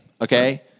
Okay